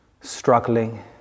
struggling